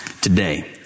today